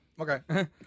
Okay